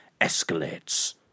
escalates